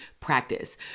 practice